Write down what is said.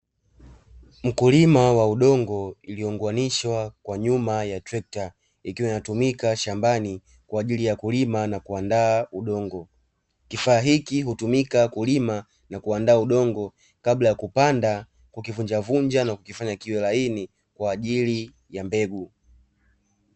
Mkulima wa udongo iliyounganishwa kwa nyuma ya trekta, ikiwa inatumika shambani kwa ajili ya kulima na kuandaa udongo, kifaa hiki hutumika kulima na kuandaa udongo kabla ya kupanda kukivunjavunja na kukifanya kiwe laini kwa ajili ya mbegu.